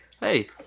Hey